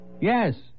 Yes